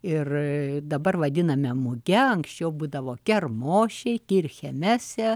ir dabar vadiname muge anksčiau būdavo kermošiai kirchemese